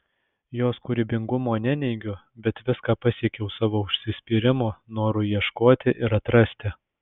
jos kūrybingumo neneigiu bet viską pasiekiau savo užsispyrimu noru ieškoti ir atrasti